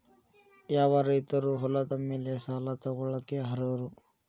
ಯಾವ ರೈತರು ಹೊಲದ ಮೇಲೆ ಸಾಲ ತಗೊಳ್ಳೋಕೆ ಅರ್ಹರು?